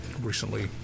recently